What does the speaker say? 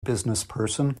businessperson